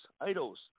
idols